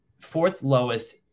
fourth-lowest